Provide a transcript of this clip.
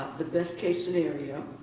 the best case scenario,